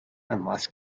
unless